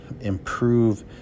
improve